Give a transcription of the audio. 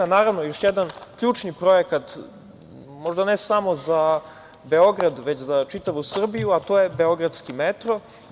Naravno, još jedan ključni projekat, možda ne samo za Beograd, već za čitavu Srbiju, a to je beogradski metro.